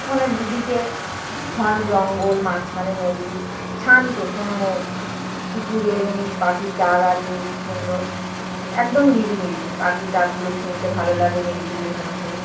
ওখানে দু দিকে ঘন জঙ্গল মাঝখানে নদী শান্ত কোনো কিছুর এ নেই পাখির ডাক আছে কি সুন্দর একদম নিরিবিলি পাখির ডাকগুলো শুনতে ভালো লাগে নিরিবিলির মধ্যে